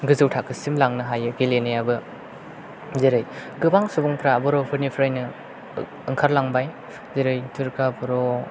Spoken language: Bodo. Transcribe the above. गोजौ थाखोसिम लांनो हायो गेलेनायाबो जेरै गोबां सुबुंफ्रा बर'निफ्रायनो ओंखारलांबाय जेरै दुर्गा बर'